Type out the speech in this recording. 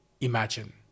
imagine